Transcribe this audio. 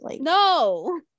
No